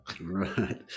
Right